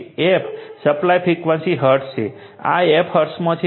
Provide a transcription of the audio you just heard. અને f supply frequency hertz છે આ f હર્ટ્ઝમાં છે